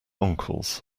uncles